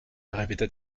répéta